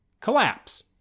collapse